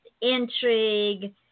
intrigue